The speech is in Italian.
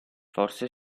forse